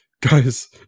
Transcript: guys